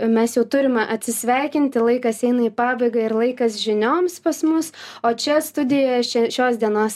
mes jau turime atsisveikinti laikas eina į pabaigą ir laikas žinioms pas mus o čia studijoje šia šios dienos